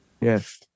Yes